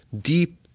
deep